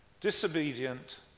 disobedient